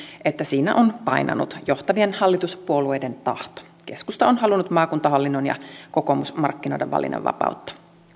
että siinä on painanut johtavien hallituspuolueiden tahto keskusta on halunnut maakuntahallinnon ja kokoomus markkinoida valinnanvapautta